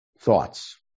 thoughts